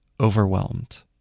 overwhelmed